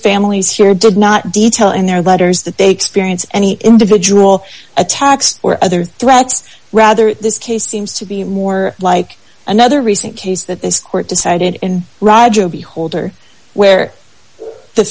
families here did not detail in their letters that they experience any individual attacks or other threats rather this case seems to be more like another recent case that this court decided in roger beholder where the